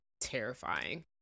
terrifying